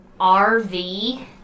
RV